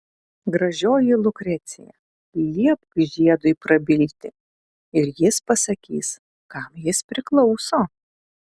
gražioji lukrecija liepk žiedui prabilti ir jis pasakys kam jis priklauso